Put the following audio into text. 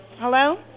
hello